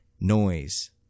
noise